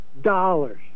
dollars